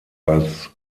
als